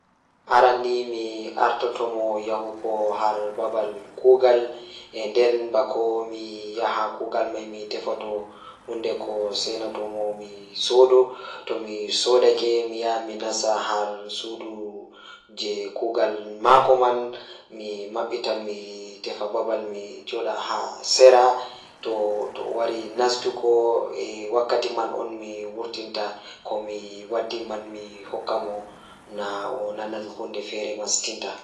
Aran ni mi artan mo yahugo har babal kuugal So jawdi am njiɗi jooni njaru, mi waɗa waɗɗi waawude huutorɓe e jemmaare. Miɗo yi'i ɗum ngam mi waɗi hulnude ɗum, ha mi haɓtori ɗum nder teewal ɗum wallitde. So ɗum huutortii, mi waɗa ɗum njabbude caɗɗo, waɗɗi loowo e teelta so o mawnii. Ko ɗum mi waawi waɗde ngam mi laaɓude ɗum wallitde to mawniraaɗi ɗum.